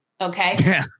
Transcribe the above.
Okay